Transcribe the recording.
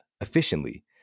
efficiently